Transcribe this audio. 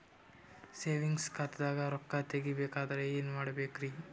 Savings ಖಾತಾದಾಗ ರೊಕ್ಕ ತೇಗಿ ಬೇಕಾದರ ಏನ ಮಾಡಬೇಕರಿ?